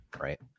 right